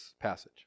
passage